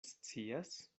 scias